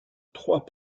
trois